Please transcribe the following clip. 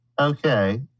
Okay